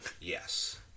Yes